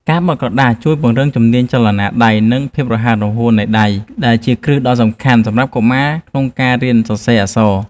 ការបត់ក្រដាសជួយពង្រឹងជំនាញចលនាម្រាមដៃ និងភាពរហ័សរហួននៃដៃ ដែលជាគ្រឹះដ៏សំខាន់សម្រាប់កុមារក្នុងការរៀនសរសេរអក្សរ។